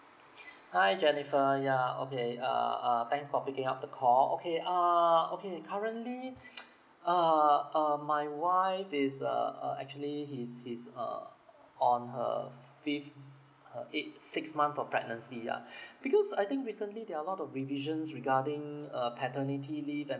hi jennifer yeah okay uh uh thanks for picking up the call okay uh okay currently err err my wife is err err actually he's he's err on her fifth uh eight six months of pregnancy ah because I think recently there a lot of revisions regarding uh paternity leave and